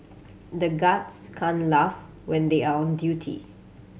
the guards can't laugh when they are on duty